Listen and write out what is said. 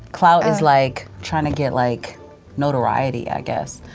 clout is like trying to get like notoriety, i guess.